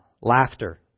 Laughter